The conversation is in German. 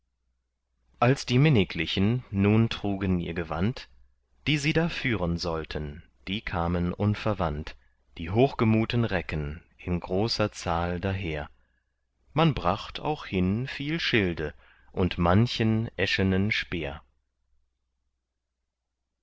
als die minniglichen nun trugen ihr gewand die sie da führen sollten die kamen unverwandt die hochgemuten recken in großer zahl daher man bracht auch hin viel schilde und manchen eschenen speer